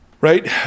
Right